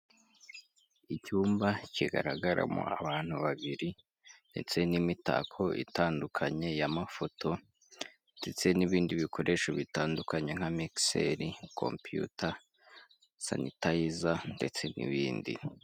Icyumba kigaragaramo abantu babiri, ndetse n'imitako itandukanye y'amafoto, ndetse n'ibindi bikoresho bitandukanye nka mikiseri, kompiyuta, sanitayiza, ndetse n'ibindi.